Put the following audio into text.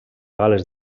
gal·les